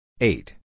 Eight